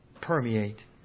permeate